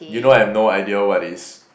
you know I have no idea what is